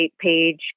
page